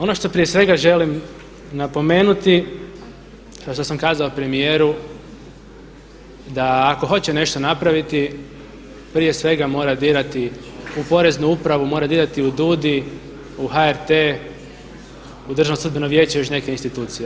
Ono što prije svega želim napomenuti a što sam kazao premijeru da ako hoće nešto napraviti prije svega mora dirati u poreznu upravu, mora dirati u DUDI, u HRT, u Državno sudbeno vijeće i još neke institucije.